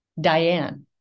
diane